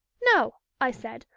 no, i said,